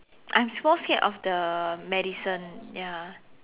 I'm more scared of the medicine ya